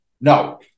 No